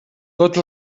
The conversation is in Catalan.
tots